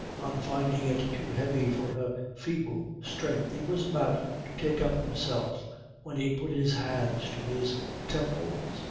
on finding it too heavy for her feeble strength, he was about to take up himself when he put his hands to his temples,